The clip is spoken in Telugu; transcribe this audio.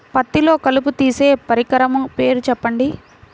పత్తిలో కలుపు తీసే పరికరము పేరు చెప్పండి